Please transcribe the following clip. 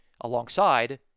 alongside